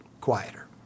quieter